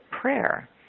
prayer